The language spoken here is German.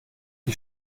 die